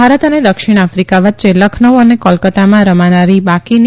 ભારત અને દક્ષિણ આફીકા વચ્ચે લખનઉ અને કોલકતામાં રમાનારી બાકીની